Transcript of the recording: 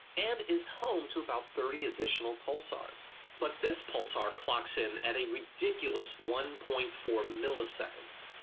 and is home to about thirty additional pulsars. but this pulsar clocks in at a ridiculous one point four milliseconds!